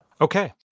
Okay